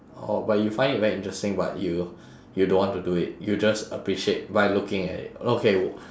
oh but you find it very interesting but you you don't want to do it you just appreciate by looking at it okay